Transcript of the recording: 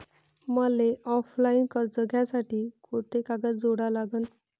मले ऑफलाईन कर्ज घ्यासाठी कोंते कागद जोडा लागन?